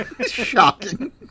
Shocking